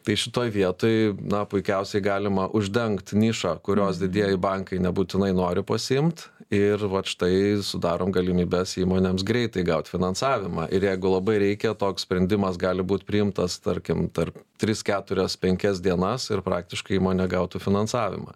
tai šitoj vietoj na puikiausiai galima uždengt nišą kurios didieji bankai nebūtinai nori pasiimt ir vat štai sudarom galimybes įmonėms greitai gaut finansavimą ir jeigu labai reikia toks sprendimas gali būt priimtas tarkim tarp tris keturias penkias dienas ir praktiškai įmonė gautų finansavimą